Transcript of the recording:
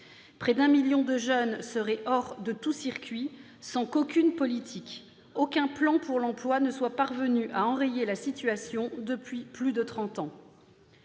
Près de 1 million de jeunes seraient hors de tout circuit, sans qu'aucune politique ni aucun plan pour l'emploi soit parvenu à enrayer la situation depuis plus de trente